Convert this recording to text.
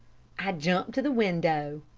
i jumped to the window.